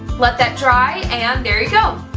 let that dry, and there you go!